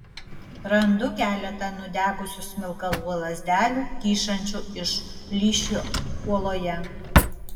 randu keletą nudegusių smilkalų lazdelių kyšančių iš plyšio uoloje